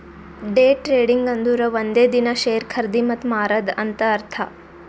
day trading ಅಂದುರ್ ಒಂದೇ ದಿನಾ ಶೇರ್ ಖರ್ದಿ ಮತ್ತ ಮಾರಾದ್ ಅಂತ್ ಅರ್ಥಾ